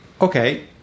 Okay